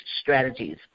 strategies